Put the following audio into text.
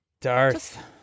Darth